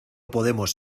podemos